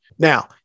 Now